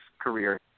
career